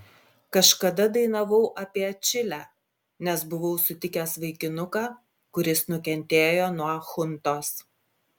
kažkada dainavau apie čilę nes buvau sutikęs vaikinuką kuris nukentėjo nuo chuntos